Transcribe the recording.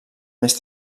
més